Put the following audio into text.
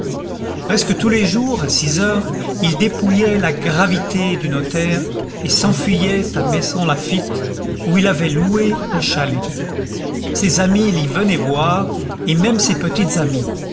presque tous les jours à six heures il dépouillait la gravité du notaire et s'enfuyait à maisons laffitte où il avait loué un chalet ses amis l'y venaient voir et même ses petites